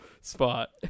spot